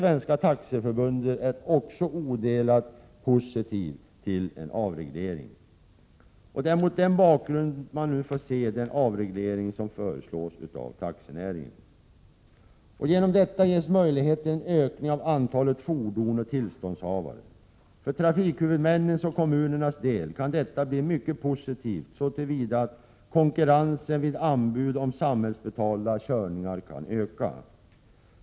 Svenska Taxiförbundet är också odelat positivt till en avreglering. Det är mot den bakgrunden man får se den avreglering av taxinäringen som nu föreslås. Genom detta ges möjlighet till en ökning av antalet fordon och tillståndshavare. För trafikhuvudmännens och kommunernas del kan detta bli mycket positivt, så till vida att konkurrensen vid anbud om körningar som betalas av samhället kan öka.